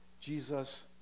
Jesus